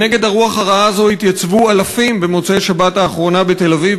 ונגד הרוח הרעה הזאת התייצבו אלפים במוצאי השבת האחרונה בתל-אביב